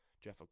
jeff